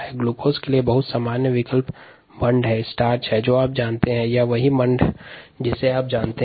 glucose का विकल्प मंड या स्टार्च और सेल्यूलोस है